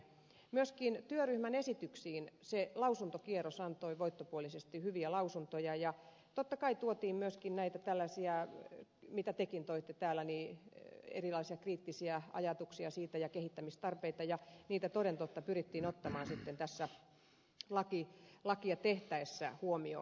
myöskin työryhmän esityksiin se lausuntokierros antoi voittopuolisesti hyviä lausuntoja ja totta kai tuotiin myöskin näitä tällaisia mitä tekin toitte täällä erilaisia kriittisiä ajatuksia siitä ja kehittämistarpeita ja niitä toden totta pyrittiin ottamaan sitten tässä lakia tehtäessä huomioon